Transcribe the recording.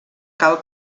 cal